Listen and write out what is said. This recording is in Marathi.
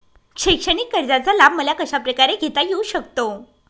शैक्षणिक कर्जाचा लाभ मला कशाप्रकारे घेता येऊ शकतो?